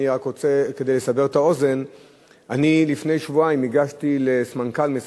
כדי לסבר את האוזן אני רק רוצה לומר שהגשתי לפני